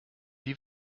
die